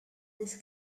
this